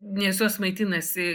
nes jos maitinasi